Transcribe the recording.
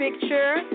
picture